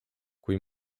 kui